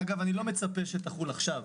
שאגב אני לא מצפה שתחול עכשיו,